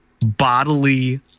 bodily